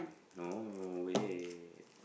no wait